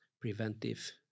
preventive